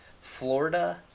Florida